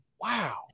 wow